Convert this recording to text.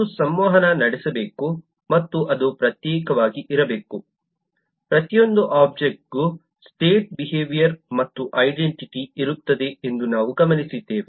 ಅದು ಸಂವಹನ ನಡೆಸಬೇಕು ಮತ್ತು ಅದು ಪ್ರತ್ಯೇಕವಾಗಿರಬೇಕು ಪ್ರತಿಯೊಂದು ಒಬ್ಜೆಕ್ಟ್ಗೂ ಸ್ಟೇಟ್ ಬಿಹೇವಿಯರ್ ಮತ್ತು ಐಡೆಂಟಿಟಿ ಇರುತ್ತದೆ ಎಂದು ನಾವು ಗಮನಿಸಿದ್ದೇವೆ